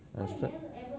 understood